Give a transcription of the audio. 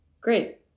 great